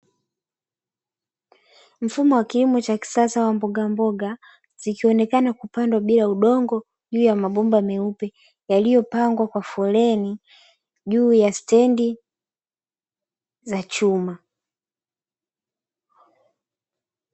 Mfumo wa kilimo cha kisasa wa mbogamboga zikionekana kupandwa bila udongo juu ya mabomba meupe, yaliyopangwa kwa foleni juu ya stendi za chuma.